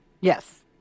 Yes